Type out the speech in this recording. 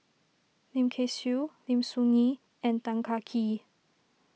Lim Kay Siu Lim Soo Ngee and Tan Kah Kee